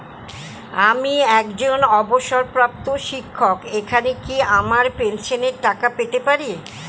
আমি একজন অবসরপ্রাপ্ত শিক্ষক এখানে কি আমার পেনশনের টাকা পেতে পারি?